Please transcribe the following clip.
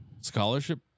Scholarship